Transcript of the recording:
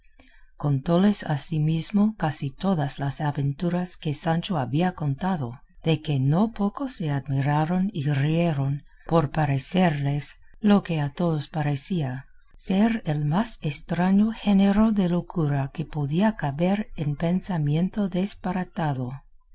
su señora contóles asimismo casi todas las aventuras que sancho había contado de que no poco se admiraron y rieron por parecerles lo que a todos parecía ser el más estraño género de locura que podía caber en pensamiento desparatado